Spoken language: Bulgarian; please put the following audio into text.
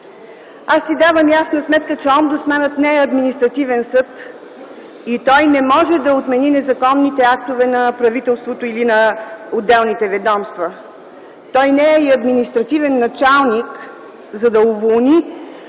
Аз си давам ясна сметка, че омбудсманът не е административен съд, и той не може да отмени незаконните актове на правителството или на отделните ведомства. Той не е и административен началник, за да уволни